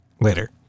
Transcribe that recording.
Later